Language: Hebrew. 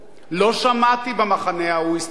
לא שמעתי במחנה ההוא הסתייגויות.